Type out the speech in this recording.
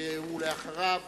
ואחריו,